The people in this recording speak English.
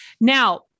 Now